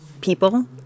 people